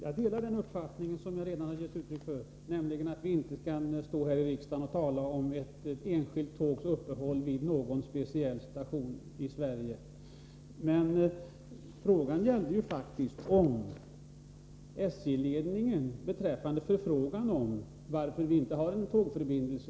Antagningen till den statliga trafikflygarutbildning som startades den 2 april 1984 har enligt flera rapporter ej skett enligt vedertagna principer om bästa meriter och lämplighet.